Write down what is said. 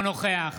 אינו נוכח